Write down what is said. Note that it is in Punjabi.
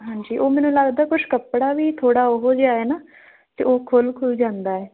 ਹਾਂਜੀ ਉਹ ਮੈਨੂੰ ਲੱਗਦਾ ਕੁਛ ਕੱਪੜਾ ਵੀ ਥੋੜ੍ਹਾ ਉਹੋ ਜਿਹਾ ਹੈ ਨਾ ਅਤੇ ਉਹ ਖੋੁਲ੍ਹ ਖੁੱਲ੍ਹ ਜਾਂਦਾ ਹੈ